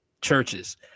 churches